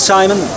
Simon